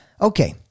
Okay